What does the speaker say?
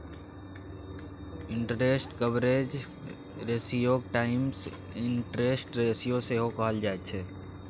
interest coverage रेशियोके times interest ratio सेहो कहल जाइत छै